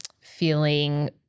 feeling